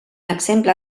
exemple